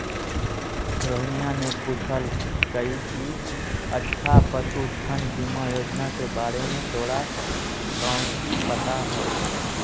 रोहिनीया ने पूछल कई कि अच्छा पशुधन बीमा योजना के बारे में तोरा काउची पता हाउ?